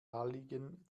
halligen